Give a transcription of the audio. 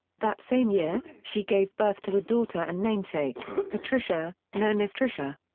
that same year, she gave birth to a daughter and namesake, patricia, known as tricia.